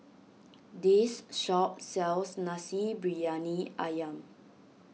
this shop sells Nasi Briyani Ayam